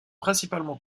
principalement